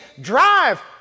drive